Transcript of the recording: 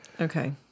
Okay